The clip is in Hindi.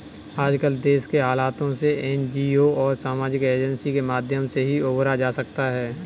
आजकल देश के हालातों से एनजीओ और सामाजिक एजेंसी के माध्यम से ही उबरा जा सकता है